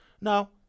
Now